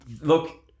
Look